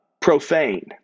profane